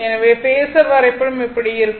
எனவே பேஸர் வரைபடம் இப்படி இருக்கும்